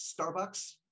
starbucks